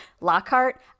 lockhart